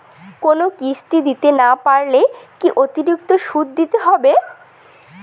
কোনো কিস্তি দিতে না পারলে কি অতিরিক্ত সুদ দিতে হবে?